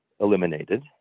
eliminated